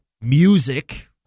music